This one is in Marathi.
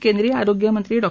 केंद्रीय आरोग्यमंत्री डॉ